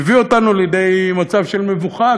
מביא אותנו לידי מצב של מבוכה,